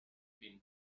been